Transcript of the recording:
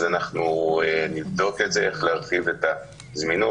אז אנחנו נבדוק איך להרחיב את הזמינות.